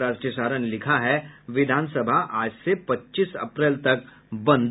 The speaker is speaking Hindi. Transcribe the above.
राष्ट्रीय सहारा ने लिखा है विधान सभा आज से पच्चीस अप्रैल तक बंद